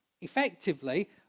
effectively